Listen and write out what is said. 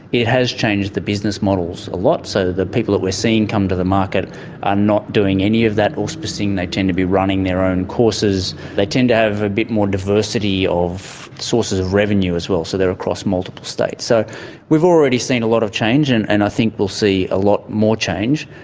it has changed the business models a lot. so the people that we're seeing come into the market are not doing any of that auspicing. they tend to be running their own courses. they tend to have a bit more diversity of sources of revenue as well, so they're across multiple states. so we've we've already seen a lot of change and and i think we'll see a lot more change.